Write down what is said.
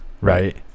right